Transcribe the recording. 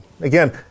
Again